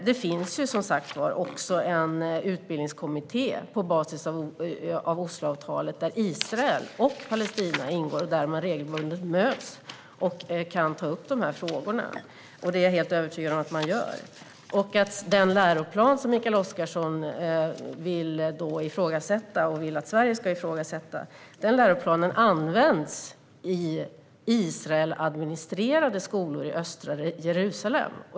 Det finns också, som sagt, en utbildningskommitté på basis av Osloavtalet där Israel och Palestina ingår och där man regelbundet möts och kan ta upp dessa frågor, och det är jag helt övertygad om att man gör. Den läroplan som Mikael Oscarsson vill att Sverige ska ifrågasätta används i Israeladministrerade skolor i östra Jerusalem.